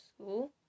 school